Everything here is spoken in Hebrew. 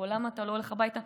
למה אתה לא הולך הביתה?